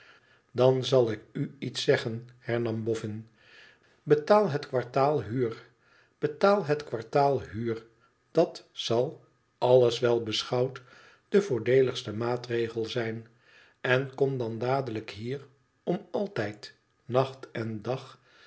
dan zal ik u iets zeggen hernam boffin t betaal het kwartaal huur betaal het kwartaal huur dat zal alles wel beschouwd de voordeeligste maatregel zijn en kom dan dadelijk hier om altijd nacht en dag